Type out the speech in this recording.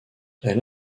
elle